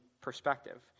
perspective